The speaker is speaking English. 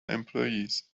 employees